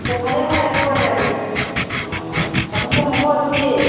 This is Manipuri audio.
ꯑꯣ ꯐꯔꯦ ꯐꯔꯦ ꯑꯗꯨ ꯑꯣꯏꯔꯗꯤ ꯎꯝ ꯊꯝꯃꯣ ꯊꯝꯃꯣꯀꯣ ꯑꯗꯨꯗꯤ